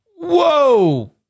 Whoa